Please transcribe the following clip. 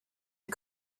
are